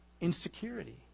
insecurity